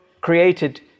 created